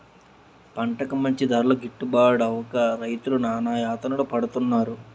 పంటకి మంచి ధరలు గిట్టుబడక రైతులు నానాయాతనలు పడుతున్నారు